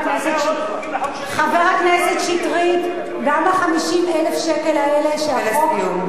חבר הכנסת שטרית, גם 50,000 השקל האלה, ולסיום.